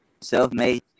self-made